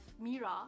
Mira